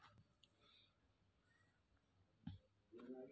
coupon एकटा ticket होइ छै, जेकर उपयोग खरीदारी काल छूट पाबै लेल कैल जाइ छै